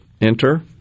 enter